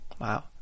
wow